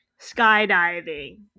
skydiving